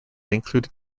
included